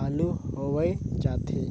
हालू होवय जाथे